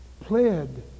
pled